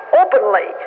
openly